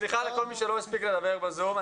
סליחה מכל מי שלא הספיק לדבר ב-זום.